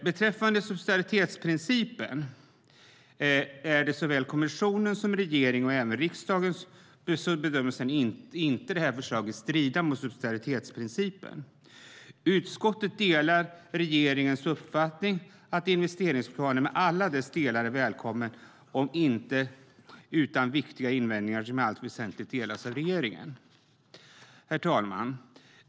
Beträffande subsidiaritetsprincipen är det såväl kommissionens som regeringens och även riksdagens bedömning att förslaget inte strider mot subsidiaritetsprincipen. Utskottet delar regeringens uppfattning att investeringsplanen med alla dess delar är välkommen, om än inte utan viktiga invändningar, som i allt väsentligt delas av regeringen. Herr talman!